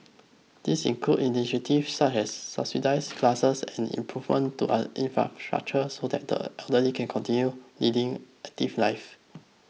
this includes initiatives such as subsidised classes and improvements to infrastructure so that the elderly can continue leading active lives